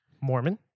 Mormon